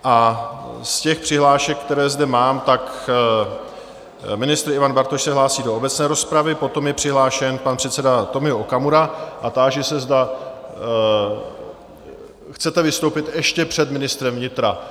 Z těch přihlášek, které zde mám, ministr Ivan Bartoš se hlásí do obecné rozpravy, potom je přihlášen pan předseda Tomio Okamura a táži se, zda chcete vystoupit ještě před ministrem vnitra?